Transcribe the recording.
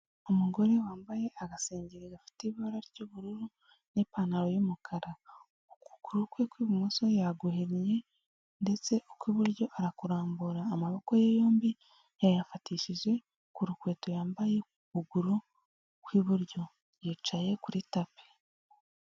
Umugore wambaye agasengeri gafite ibara ry'ubururu n'ipantaro y'umukara, ukuguru kwe kw'ibumoso yaguhinnye ndetse ukw'iburyo arakurambura, amaboko ye yombi yayafatishije ku rukweto yambaye ku kuguru kw'iburyo yicaye kuri tapi.